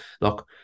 look